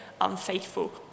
unfaithful